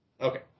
Okay